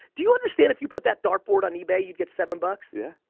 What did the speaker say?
do you understand if you put that dartboard on ebay, you'd get seven bucks? yeah,